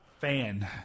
fan